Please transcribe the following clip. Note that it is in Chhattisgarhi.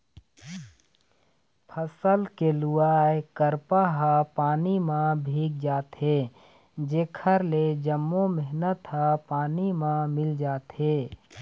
फसल के लुवाय करपा ह पानी म भींग जाथे जेखर ले जम्मो मेहनत ह पानी म मिल जाथे